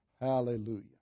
Hallelujah